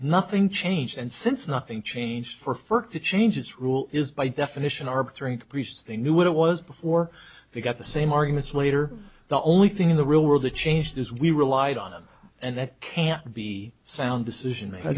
nothing changed and since nothing changed for fur to change its rules is by definition arbitrary priests they knew what it was before they got the same arguments later the only thing in the real world that changed is we relied on them and that can be sound decision